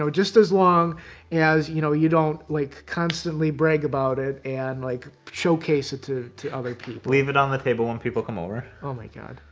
just as long as, you know, you don't like constantly brag about it, and like showcase it to to other people. leave it on the table when people come over? oh, my god.